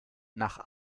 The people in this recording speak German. nach